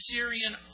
Syrian